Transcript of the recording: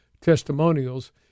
testimonials